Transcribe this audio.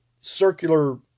circular